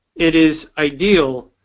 it is ideal